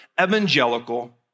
evangelical